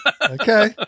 Okay